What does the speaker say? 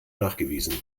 nachgewiesen